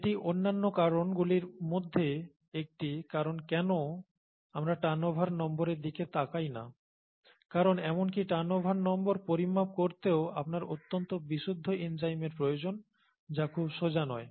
এটি অন্যান্য কারণ গুলির মধ্যে একটি কারণ কেন আমরা টার্নওভার নম্বরের দিকে তাকাই না কারন এমনকি টার্নওভার নম্বর পরিমাপ করতেও আপনার অত্যন্ত বিশুদ্ধ এনজাইমের প্রয়োজন যা খুব সোজা নয়